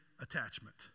attachment